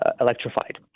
electrified